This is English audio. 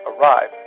arrive